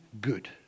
good